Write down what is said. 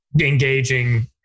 engaging